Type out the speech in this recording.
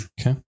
Okay